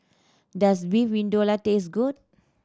does Beef Vindaloo taste good